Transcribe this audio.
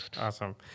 Awesome